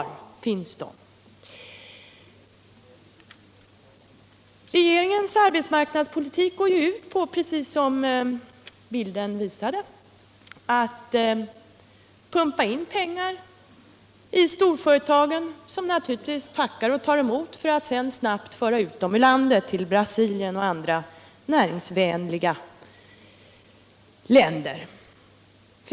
Regeringens arbetsmarknadspolitik går ut på, precis som bilden på TV skärmen nyss visade, att pumpa in pengar i storföretagen. Och de tackar naturligtvis och tar emot för att sedan snabbt föra ut pengarna ur landet, till Brasilien och andra ”näringsvänliga” länder.